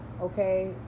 okay